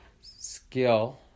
skill